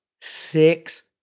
six